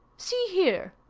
see here!